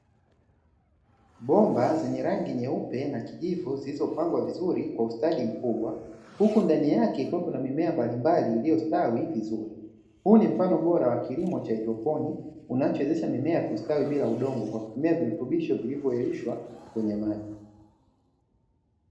Bomba zenye rangi nyeupe na kijivu zilizopangwa vizuri kwa ustadi mkubwa, huku ndani yake kukiwa kuna mimea mbalimbali iliyostawi vizuri. Huu ni mfano bora wa kilimo cha haidroponi, kinachowezesha mimea kustawi bila udongo, kwa kutumia virutubisho vilivyoyeyushwa kwenye maji.